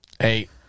Eight